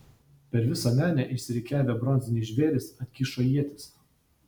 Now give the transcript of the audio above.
per visą menę išsirikiavę bronziniai žvėrys atkišo ietis